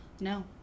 no